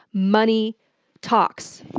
money talks.